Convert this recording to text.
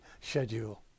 schedule